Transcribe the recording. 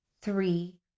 three